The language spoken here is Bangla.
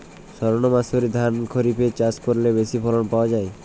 সর্ণমাসুরি ধান খরিপে চাষ করলে বেশি ফলন পাওয়া যায়?